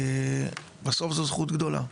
בסוף זו זכות גדולה.